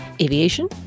aviation